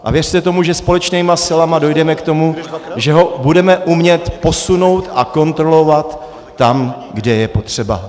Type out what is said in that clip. A věřte tomu, že společnými silami dojdeme k tomu, že ho budeme umět posunout a kontrolovat tam, kde je potřeba.